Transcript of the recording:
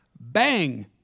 Bang